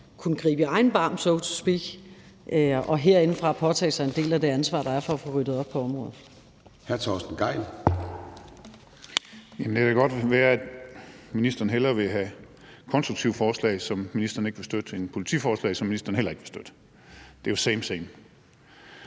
kunne gribe i egen barm – so to speak – og herindefra påtage sig en del af det ansvar, der er, for at få ryddet op på området. Kl. 14:24 Formanden (Søren Gade): Hr. Torsten Gejl. Kl. 14:24 Torsten Gejl (ALT): Det kan da godt være, at ministeren hellere vil have konstruktive forslag, som ministeren ikke vil støtte, end politibetjentforslag, som ministeren heller ikke vil støtte. Det er jo same thing.